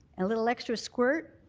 a little extra squirt.